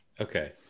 Okay